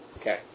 Okay